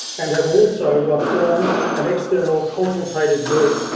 and have also ah formed an external consultative group,